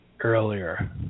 Earlier